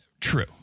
True